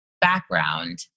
background